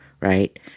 right